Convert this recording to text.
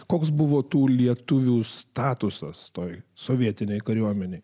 koks buvo tų lietuvių statusas toje sovietinėje kariuomenėje